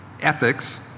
ethics